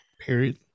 Period